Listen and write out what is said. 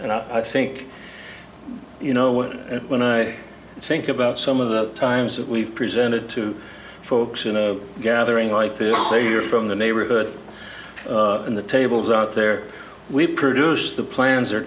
that i think you know what when i think about some of the times that we've presented to folks in a gathering like this where you're from the neighborhood in the tables out there we produce the plans are